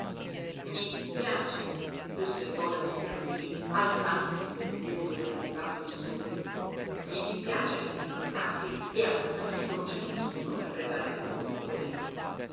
i dispiace osservò la zia macrì alzandosi per vedere dov'era arrivato il sole i dispiace che si fa tardi e a casa mia non c'è nessuno per preparare un boccone